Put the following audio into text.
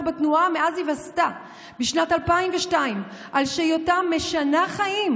בתנועה מאז היווסדה בשנת 2002 על היותה משנה חיים,